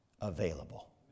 available